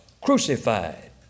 crucified